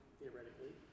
theoretically